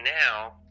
now